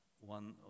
one